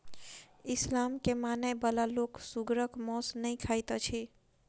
इस्लाम के मानय बला लोक सुगरक मौस नै खाइत अछि